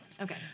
Okay